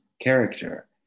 character